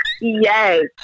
Yes